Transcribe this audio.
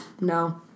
No